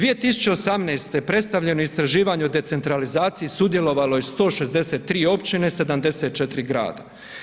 2018. predstavljeno je istraživanje o decentralizaciji sudjelovalo je 163 općine, 74 grada.